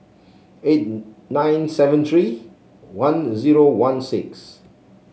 eight nine seven three one zero one six